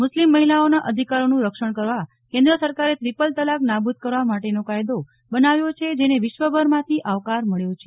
મ્રસ્લિમ મહિલાઓના અધિકારોનું રક્ષણ કરવા કેન્દ્ર સરકારે ત્રિપલ તલાક નાબુદ કરવા માટેનો કાયદો બનાવ્યો છે જેને વિશ્વભરમાંથી આવકાર મળ્યો છે